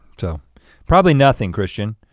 so probably nothing, kristian.